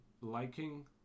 liking